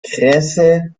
kresse